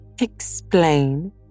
Explain